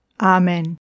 Amen